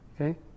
okay